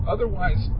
Otherwise